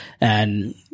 and-